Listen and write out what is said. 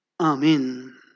Amen